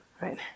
right